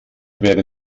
wäre